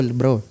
bro